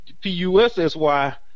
P-U-S-S-Y